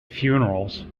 funerals